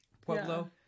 Pueblo